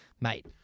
mate